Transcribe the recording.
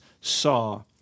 saw